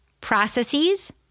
processes